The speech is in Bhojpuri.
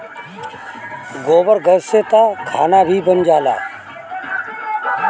गोबर गैस से तअ खाना भी बन जाला